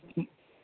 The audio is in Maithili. हुँ